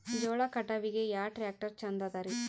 ಜೋಳ ಕಟಾವಿಗಿ ಯಾ ಟ್ಯ್ರಾಕ್ಟರ ಛಂದದರಿ?